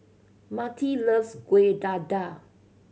Marti loves Kueh Dadar